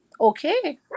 okay